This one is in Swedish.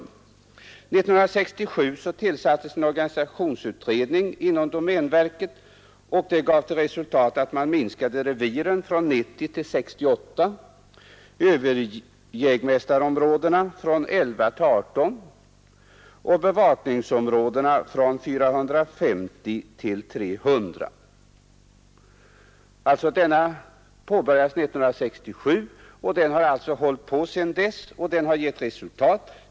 1967 tillsattes en organisationsutredning inom domänverket, och den gav till resultat att man minskade antalet revir från 90 till 68, antalet överjägmästarområden från 11 till 8 och antalet bevakningsområden från 450 till 300. Denna utredning påbörjades 1967, och den har också gett resultat.